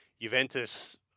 Juventus